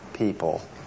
people